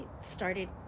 started